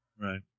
Right